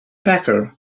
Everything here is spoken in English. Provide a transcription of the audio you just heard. packer